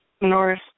Norris